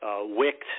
wicked